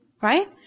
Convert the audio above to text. Right